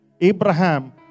Abraham